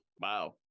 Wow